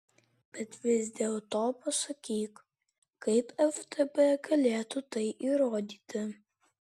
bet vis dėlto pasakyk kaip ftb galėtų tai įrodyti